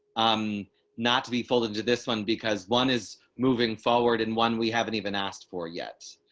i'm not to be folded into this one because one is moving forward in one. we haven't even asked for yet,